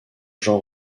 jean